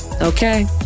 okay